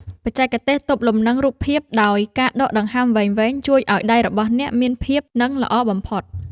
បច្ចេកទេសទប់លំនឹងរូបភាពដោយការដកដង្ហើមវែងៗជួយឱ្យដៃរបស់អ្នកមានភាពនឹងល្អបំផុត។